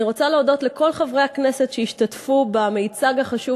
אני רוצה להודות לכל חברי הכנסת שהשתתפו היום במיצג החשוב,